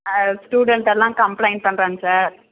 ஸ்டூடண்ட்டெல்லாம் complaint பண்ணுறாங்க sir